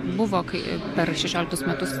buvo kai per šešioliktus metus